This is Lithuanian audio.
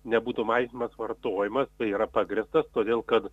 nebūtų mažinamas vartojimas tai yra pagrįstas todėl kad